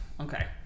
okay